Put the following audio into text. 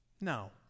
No